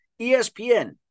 ESPN